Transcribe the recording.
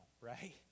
right